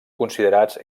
considerats